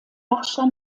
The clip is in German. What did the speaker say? herrscher